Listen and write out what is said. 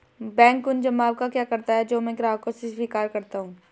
Bank उन जमाव का क्या करता है जो मैं ग्राहकों से स्वीकार करता हूँ?